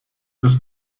los